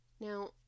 Now